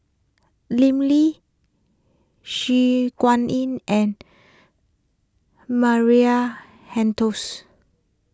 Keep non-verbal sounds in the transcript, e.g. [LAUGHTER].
Lim Lee Su Guaning and Maria [UNINTELLIGIBLE]